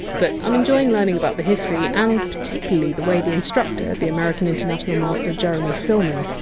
but i! m enjoying learning about the history and particularly the way the instructor, the american international master jeremy silman,